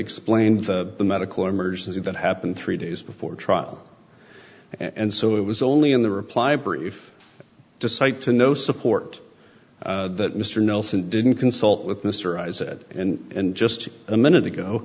explained the medical emergency that happened three days before trial and so it was only in the reply brief to cite to no support that mr nelson didn't consult with mr isaac and just a minute ago